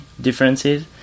differences